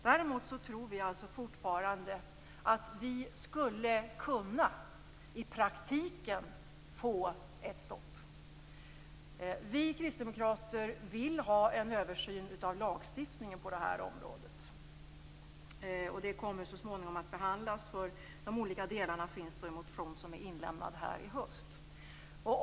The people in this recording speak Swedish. Däremot tror vi fortfarande att vi i praktiken skulle kunna få ett stopp. Vi kristdemokrater vill ha en översyn av lagstiftningen på det här området. Den frågan kommer så småningom att behandlas, för detta finns med i en motion som har väckts i höst.